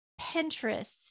Pinterest